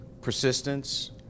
persistence